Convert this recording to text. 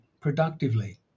productively